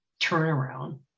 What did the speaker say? turnaround